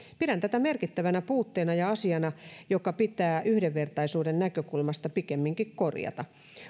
pidän tätä merkittävänä puutteena ja asiana joka pitää yhdenvertaisuuden näkökulmasta pikemminkin korjata